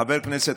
חבר כנסת,